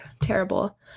terrible